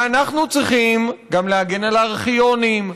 ואנחנו צריכים להגן גם על הארכיונים,